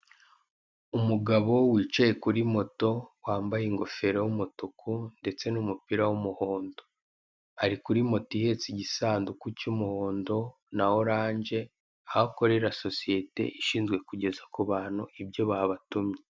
Umugabo wicaye kuri moto wambaye ingofero y'umutuku ndetse n'umupira w'umuhondo. Ari kuri moto ihetse igisandukun cy'umuhondo na oranje aho akoreha sosiyete ishinzwe kugeza ku bantu ibyo babatumye.